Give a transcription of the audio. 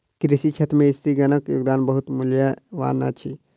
कृषि क्षेत्र में स्त्रीगणक योगदान बहुत मूल्यवान अछि